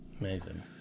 amazing